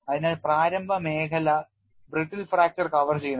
അതിനാൽ പ്രാരംഭ മേഖല brittle ഫ്രാക്ചർ കവർ ചെയ്യുന്നു